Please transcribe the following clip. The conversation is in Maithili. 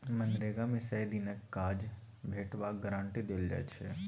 मनरेगा मे सय दिनक काज भेटबाक गारंटी देल जाइ छै